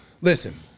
listen